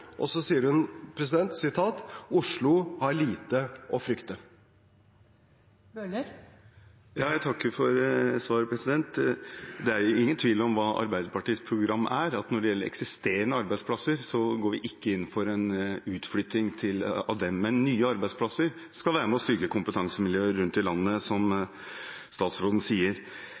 Og så sier hun: «Oslo har lite å frykte». Jeg takker for svaret. Det er jo ingen tvil om hva Arbeiderpartiets program er. Når det gjelder eksisterende arbeidsplasser, går vi ikke inn for en uflytting av dem, men nye arbeidsplasser skal være med og styrke kompetansemiljøer rundt om i landet, som statsråden sier.